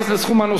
עם זאת,